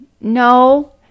No